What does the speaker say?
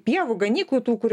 pievų ganyklų tų kur